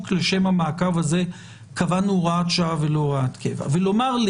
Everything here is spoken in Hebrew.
לשם המעקב הזה קבענו הוראת שעה ולא הוראת קבע לומר,